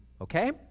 Okay